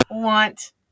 want